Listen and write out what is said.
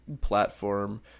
platform